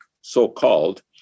so-called